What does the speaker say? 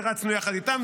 שרצנו יחד איתם,